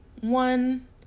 one